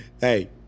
Hey